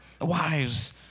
Wives